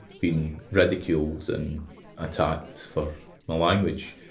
being ridiculed and attacked for my language,